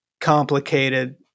complicated